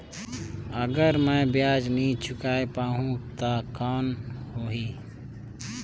अगर मै ब्याज नी चुकाय पाहुं ता कौन हो ही?